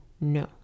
no